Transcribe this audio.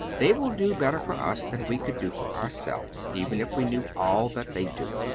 they will do better for us than we could do for ourselves, even if we knew all that they do.